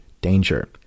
danger